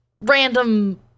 random